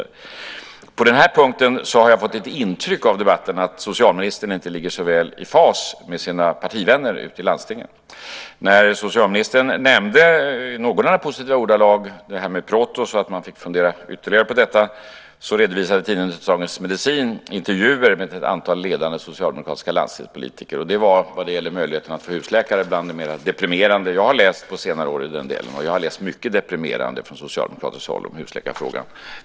Jag har på den här punkten lite fått det intrycket av debatten att socialministern inte ligger så väl i fas med sina partivänner ute i landstingen. När socialministern i någorlunda positiva ordalag nämnde Protos och att man skulle fundera ytterligare på detta redovisade tidningen Dagens Medicin intervjuer med ett antal ledande socialdemokratiska landstingspolitiker, och det är när det gäller möjligheterna för husläkare bland det mera deprimerande som jag har läst på senare år i det avseendet - och jag har tidigare under alla dessa år läst mycket som är deprimerande från socialdemokratiskt håll i husläkarfrågan.